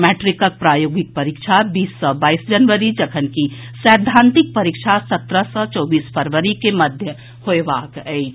मैट्रिकक प्रायोगिक परीक्षा बीस सँ बाईस जनवरी जखनकि सैद्धांतिक परीक्षा सत्रह सँ चौबीस फरवरी के मध्य होयबाक अछि